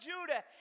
Judah